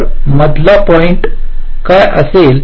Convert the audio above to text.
तर मधला पॉईंट् हा असेल